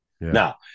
Now